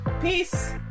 peace